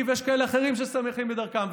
ויש כאלה אחרים ששמחים בדרכם.